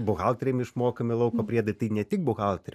buhalteriams išmokami lauko priedai tai ne tik buhalterę